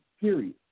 period